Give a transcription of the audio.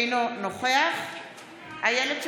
אינו נוכח איילת שקד,